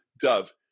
Dove